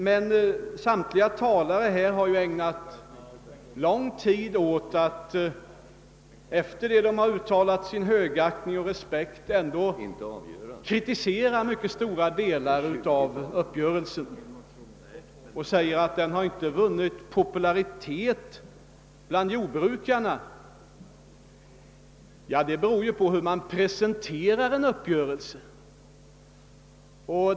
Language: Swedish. Men samtliga talare har ju ägnat lång tid, efter det att de har uttalat sin högaktning och respekt, åt att ändå kritisera stora delar av uppgörelsen. De säger att den inte har vunnit popularitet hos jordbrukarna. Det beror ju på hur man presenterar en uppgörelse.